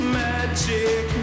magic